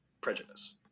prejudice